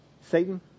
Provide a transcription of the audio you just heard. Satan